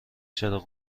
چراغ